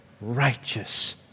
righteous